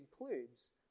includes